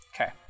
Okay